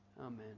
Amen